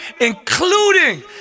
including